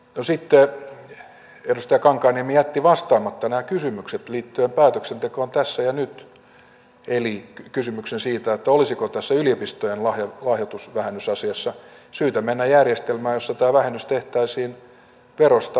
no sitten edustaja kankaanniemi jätti vastaamatta näihin kysymyksiin liittyen päätöksentekoon tässä ja nyt eli kysymykseen siitä olisiko tässä yliopistojen lahjoitusvähennysasiassa syytä mennä järjestelmään jossa tämä vähennys tehtäisiin verosta ei tulosta